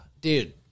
dude